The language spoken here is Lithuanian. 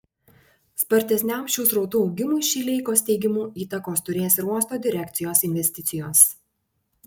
spartesniam šių srautų augimui šileikos teigimu įtakos turės ir uosto direkcijos investicijos